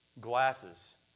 glasses